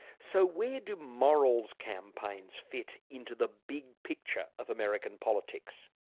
so where do morals campaigns fit into the big picture of american politics?